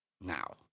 Now